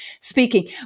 Speaking